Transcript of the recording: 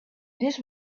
this